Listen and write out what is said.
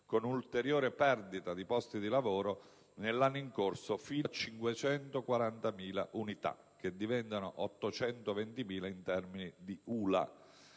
con un'ulteriore perdita di posti di lavoro nell'anno in corso fino a 540.000 unità, che diventano 820.000 in termini di ULA